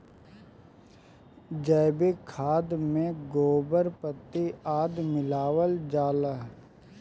जैविक खाद में गोबर, पत्ती आदि मिलावल जाला